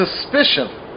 suspicion